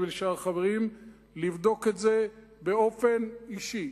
ולשאר החברים לבדוק את זה באופן אישי.